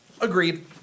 Agreed